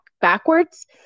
backwards